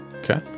Okay